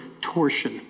torsion